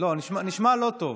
נשמע לא טוב,